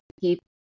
keep